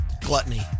gluttony